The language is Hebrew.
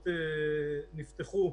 תראו,